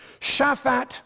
Shaphat